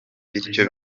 bityo